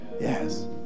Yes